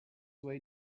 way